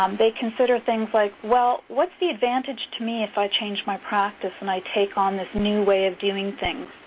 um they consider things like, well, what's the advantage to me if i change my practice and i take on this new way of doing things?